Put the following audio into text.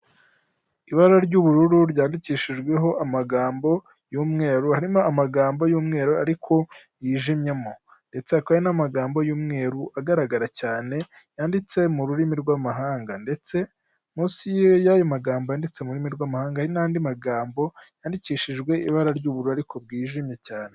Ibara ry'ubururu ryandikishijweho amagambo y'umweru, harimo amagambo y'umweru ariko yijimyemo ndetse hakaba hari n'amagambo y'umweru agaragara cyane, yanditse mu rurimi rw'amahanga ndetse munsi y'ayo magambo yanditse ururimi rwa'amahanga, hari n'andi magambo yandikishijwe mu ibara ry'ubururu ariko bwijimye cyane.